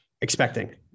expecting